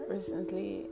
Recently